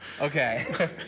Okay